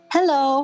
Hello